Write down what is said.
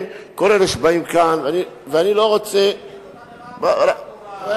תגידו את הדבר בצורה ברורה.